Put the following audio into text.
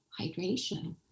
hydration